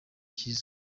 cyiza